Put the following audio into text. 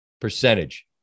Percentage